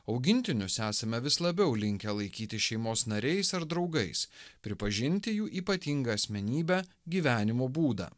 augintinius esame vis labiau linkę laikyti šeimos nariais ar draugais pripažinti jų ypatingą asmenybę gyvenimo būdą